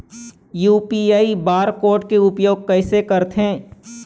UPI bar code के उपयोग कैसे करथें?